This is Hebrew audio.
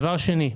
דבר שני,